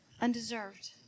Undeserved